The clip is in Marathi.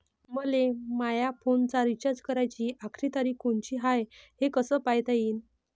मले माया फोनचा रिचार्ज कराची आखरी तारीख कोनची हाय, हे कस पायता येईन?